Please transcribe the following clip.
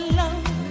love